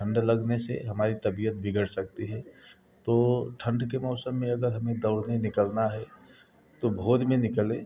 ठंड लगने से हमारी तबीयत बिगड़ सकती है तो ठंढ के मौसम में अगर हमें दौड़ने निकलना है तो भोर में निकलें